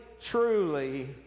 truly